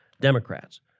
Democrats